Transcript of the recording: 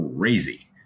crazy